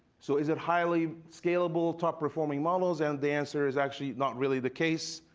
so is it highly scalable top-performing models? and the answer is actually, not really the case,